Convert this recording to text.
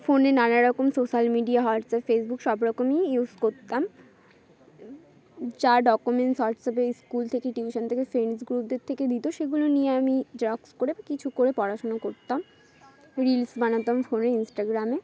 ফোনে নানারকম social media WhatsApp Facebook সব রকমই ইউজ করতাম যা ডকুমেন্টস হোয়াটসঅ্যাপে স্কুল থেকে টিউশন থেকে ফ্রেন্ডস গ্রুপদের থেকে দিত সেগুলো নিয়ে আমি জেরক্স করে বা কিছু করে পড়াশুনা করতাম রিলস বানাতাম ফোনে ইনস্টাগ্রামে